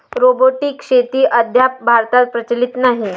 robotic शेती अद्याप भारतात प्रचलित नाही